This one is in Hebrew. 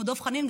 כמו דב חנין,